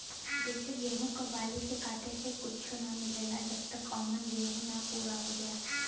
जइसे गेहूं क बाली के काटे से कुच्च्छो ना मिलला जब तक औमन गेंहू ना पूरा आ जाए